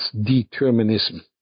determinism